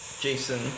Jason